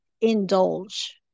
indulge